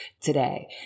today